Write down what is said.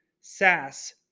SAS